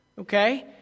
Okay